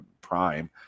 prime